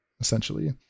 essentially